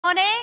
morning